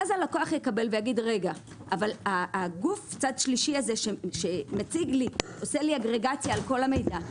ואז הלקוח יגיד: צד שלישי הזה שעושה לי אגרגציה על כל המידע,